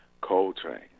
Coltrane